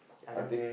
tell me